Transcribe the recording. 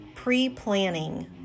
pre-planning